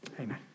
Amen